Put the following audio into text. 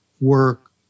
work